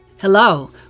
Hello